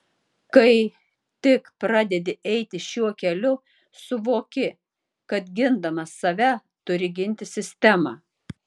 kai tik pradedi eiti šiuo keliu suvoki kad gindamas save turi ginti sistemą